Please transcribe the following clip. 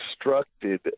constructed